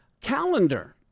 calendar